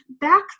back